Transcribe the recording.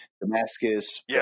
Damascus